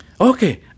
Okay